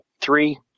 three